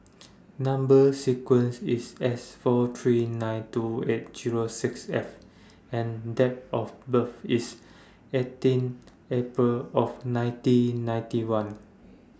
Number sequence IS S four three nine two eight Zero six F and Date of birth IS eighteen April of nineteen ninety one